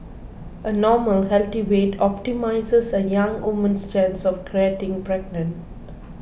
a normal healthy weight optimises a young woman's chance of getting pregnant